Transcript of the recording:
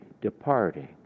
departing